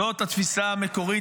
זאת התפיסה המקורית,